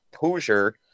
Hoosier